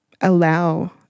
allow